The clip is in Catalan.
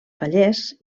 fallers